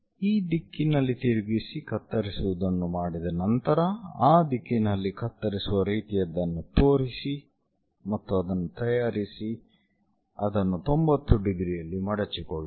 ಈ ದಿಕ್ಕಿನಲ್ಲಿ ತಿರುಗಿಸಿ ಕತ್ತರಿಸುವುದನ್ನು ಮಾಡಿದ ನಂತರ ಆ ದಿಕ್ಕಿನಲ್ಲಿ ಕತ್ತರಿಸುವ ರೀತಿಯದ್ದನ್ನು ತಯಾರಿಸಿ ಅದನ್ನು 90 ಡಿಗ್ರಿಯಲ್ಲಿ ಮಡಚಿಕೊಳ್ಳಿ